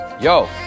Yo